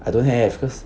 I don't have cause